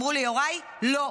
אמרו ליוראי: לא,